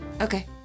Okay